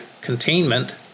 containment